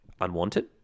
unwanted